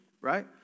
right